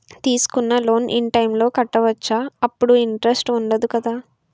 తీసుకున్న loan in time లో కట్టవచ్చ? అప్పుడు ఇంటరెస్ట్ వుందదు కదా?